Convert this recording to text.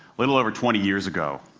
little over twenty years ago,